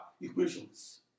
equations